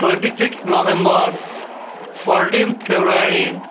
twenty sixth November fourteenth February